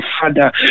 father